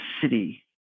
city